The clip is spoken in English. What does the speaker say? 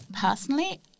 Personally